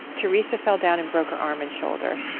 theresa fell down and broke her arm and shoulder.